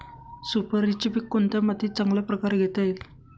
सुपारीचे पीक कोणत्या मातीत चांगल्या प्रकारे घेता येईल?